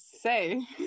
say